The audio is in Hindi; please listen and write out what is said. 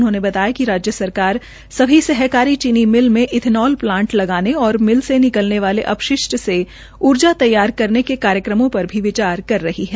उन्होंने बताया कि राज्य सरकार सभी सहकारी चीनी मिल में एथनॉल प्लांट लगाने व मिल से निकलने वाले अ शिष्ट से ऊर्जा तैयार करने के कार्यक्रमों र भी विचार कर रही है